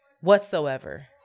whatsoever